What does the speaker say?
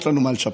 יש לנו מה לשפר.